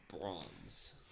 bronze